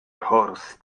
horst